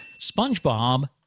Spongebob